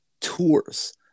tours